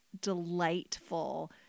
delightful